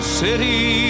city